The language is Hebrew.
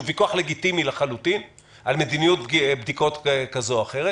שהוא ויכוח לגיטימי לחלוטין על מדיניות בדיקות כזו או אחרת.